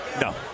No